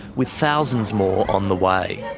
with thousands more on the way.